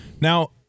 Now